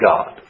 God